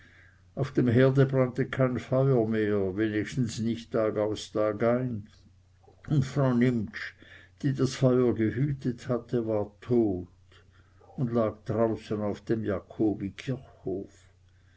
auf dem herde brannte kein feuer mehr wenigstens nicht tagaus tagein und frau nimptsch die das feuer gehütet hatte war tot und lag draußen auf dem